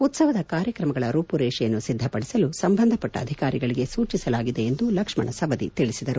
ಉತ್ಸವದ ಕಾರ್ಯಕ್ರಮಗಳ ರೂಮರೇಷೆಯನ್ನು ಸಿದ್ಧಪಡಿಸಲು ಸಂಬಂಧಪಟ್ಟ ಅಧಿಕಾರಿಗಳಿಗೆ ಸೂಚಿಸಲಾಗಿದೆ ಎಂದು ಲಕ್ಷ್ಮಣ ಸವದಿ ತಿಳಿಸಿದರು